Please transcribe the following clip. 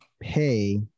pay